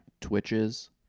Twitches